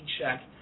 check